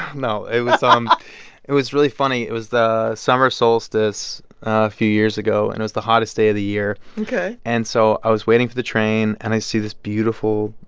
no, it was. um it was really funny. it was the summer solstice a few years ago, and it was the hottest day of the year ok and so i was waiting for the train, and i see this beautiful,